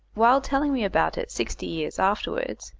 while telling me about it sixty years afterwards,